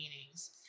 meanings